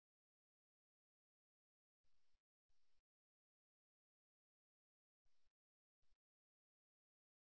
எனது அடுத்த தொகுதியில் கலந்துரையாடல்களுக்கு நான் பேசுவேன் நன்றி